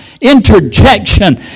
interjection